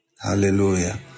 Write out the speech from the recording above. Hallelujah